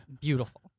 Beautiful